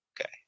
Okay